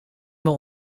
mail